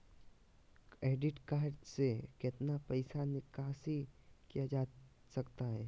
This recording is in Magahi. क्रेडिट कार्ड से कितना पैसा निकासी किया जा सकता है?